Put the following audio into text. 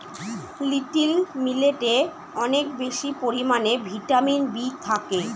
little মিলেটে অনেক বেশি পরিমানে ভিটামিন বি থাকে